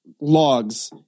logs